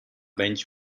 bench